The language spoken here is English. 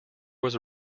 was